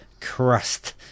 Crust